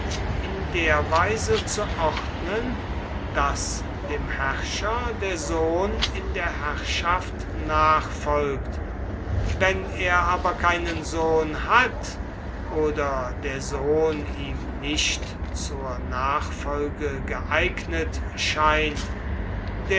in der weise zu ordnen daß dem herrscher der sohn in der herrschaft nachfolgt wenn er aber keinen sohn hat oder der sohn ihm nicht zur nachfolge geeignet scheint